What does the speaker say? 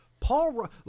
Paul